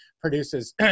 produces